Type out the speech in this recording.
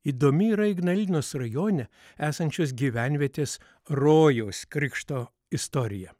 įdomi yra ignalinos rajone esančios gyvenvietės rojaus krikšto istorija